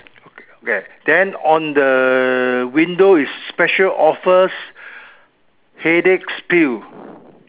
K then on the window is special offers headaches pill